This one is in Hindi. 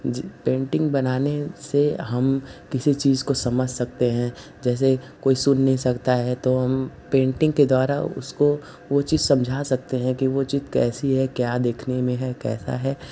पेंटिंग बनाने से हम किसी चीज को समझ सकते हैं जैसे कोई सुन नहीं सकता है तो हम पेंटिंग के द्वारा उसको वो चीज समझा सकते है कि वो चीज कैसी है क्या देखने में है कैसा हैं